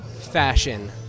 fashion